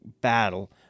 battle